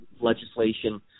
legislation